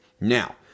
now